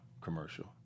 commercial